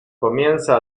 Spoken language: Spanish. comienza